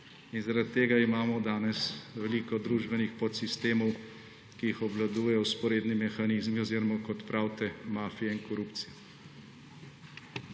Zaradi tega imamo danes veliko družbenih podsistemov, ki jih obvladujejo vzporedni mehanizmi oziroma, kot pravite, mafija in korupcija.